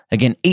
Again